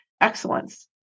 excellence